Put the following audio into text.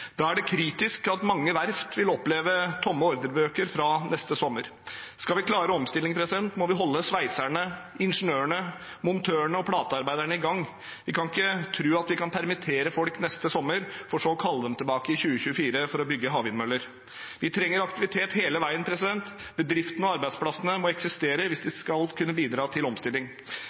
Da er det kritisk at mange verft vil oppleve tomme ordrebøker fra neste sommer. Skal vi klare omstillingen, må vi holde sveiserne, ingeniørene, montørene og platearbeiderne i gang. Vi kan ikke tro at vi kan permittere folk neste sommer for så å kalle dem tilbake i 2024 for å bygge havvindmøller. Vi trenger aktivitet hele veien. Bedriftene og arbeidsplassene må eksistere hvis de skal kunne bidra til omstilling.